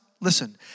listen